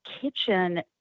kitchen